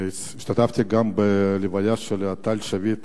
השתתפתי גם בלוויה של טל שביט,